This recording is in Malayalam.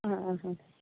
ആ ആ ആ